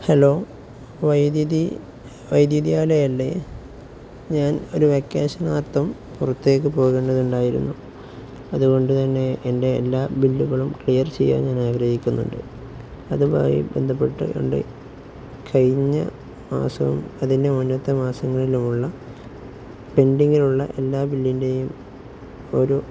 hello വൈദ്യുതി വൈദ്യുതിയാലയമല്ലേ ഞാൻ ഒരു വെക്കേഷനാർത്ഥം പുറത്തേക്ക് പോകേണ്ടതുണ്ടായിരുന്നു അതുകൊണ്ട് തന്നെ എൻ്റെ എല്ലാ ബില്ലുകളും ക്ലിയർ ചെയ്യാൻ ഞാൻ ആഗ്രഹിക്കുന്നുണ്ട് അതുമായി ബന്ധപ്പെട്ടുകൊണ്ട് കഴിഞ്ഞ മാസവും അതിൻ്റെ മുന്നത്തെ മാസങ്ങളിലുമുള്ള പെൻഡിങ്ങിലുള്ള എല്ലാ ബില്ലിൻ്റെയും ഒരു